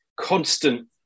constant